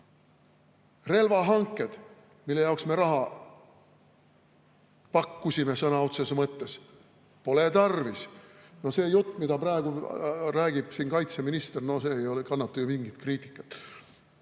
Relvahanked, mille jaoks me pakkusime raha sõna otseses mõttes – pole tarvis. See jutt, mida praegu räägib siin kaitseminister, ei kannata ju mingit kriitikat.